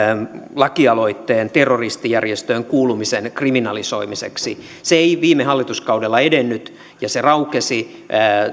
lakialoitteen terroristijärjestöön kuulumisen kriminalisoimiseksi se ei viime hallituskaudella edennyt se raukesi